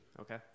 Okay